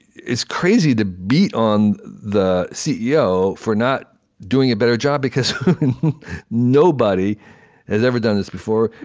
it's crazy to beat on the ceo for not doing a better job, because nobody has ever done this before.